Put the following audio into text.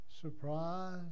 surprise